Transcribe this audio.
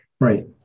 Right